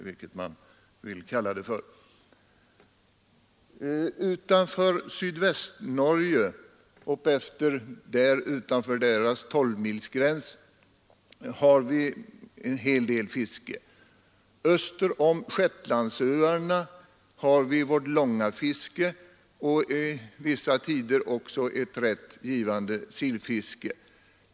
Utanför 12-milsgränsen i Sydvästnorge har vi en hel del fiske. Öster om Shetlandsöarna har vi vårt långafiske och vissa tider också ett rätt givande sillfiske.